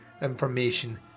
information